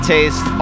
Taste